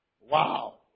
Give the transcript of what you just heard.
Wow